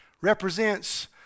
represents